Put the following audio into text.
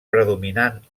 predominant